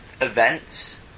events